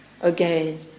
again